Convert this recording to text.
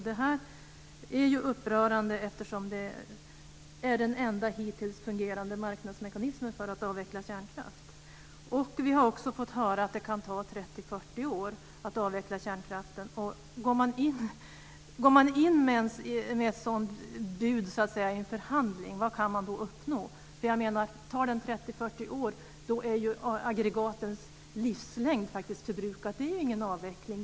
Det är upprörande eftersom det är den enda hittills fungerande marknadsmekanismen för att avveckla kärnkraft. Vi har också fått höra att detta kan ta 30-40 år att avveckla kärnkraften. Vad kan man uppnå om man går in i en förhandling med ett sådant bud? Om avvecklingen tar 30-40 år kommer man att förbruka aggregatens hela livslängd. Det är ingen avveckling.